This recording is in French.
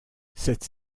cette